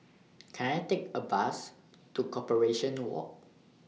Can I Take A Bus to Corporation Walk